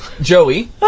Joey